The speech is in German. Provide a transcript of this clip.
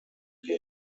wir